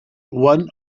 one